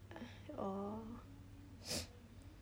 oh